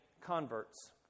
converts